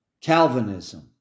Calvinism